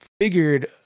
figured